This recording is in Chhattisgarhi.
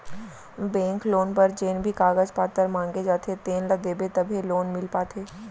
बेंक लोन बर जेन भी कागज पातर मांगे जाथे तेन ल देबे तभे लोन मिल पाथे